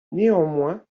néanmoins